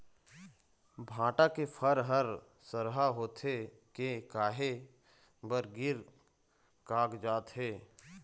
भांटा के फर हर सरहा होथे के काहे बर गिर कागजात हे?